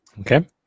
Okay